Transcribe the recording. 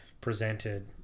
presented